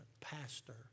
Pastor